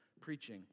preaching